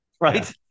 right